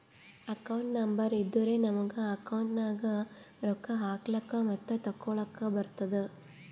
account number ಇದ್ದುರೆ ನಮುಗ account ನಾಗ್ ರೊಕ್ಕಾ ಹಾಕ್ಲಕ್ ಮತ್ತ ತೆಕ್ಕೊಳಕ್ಕ್ ಬರ್ತುದ್